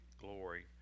glory